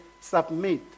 submit